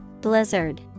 Blizzard